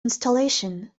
installation